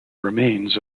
remains